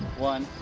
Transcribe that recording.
one,